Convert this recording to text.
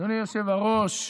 אדוני היושב-ראש,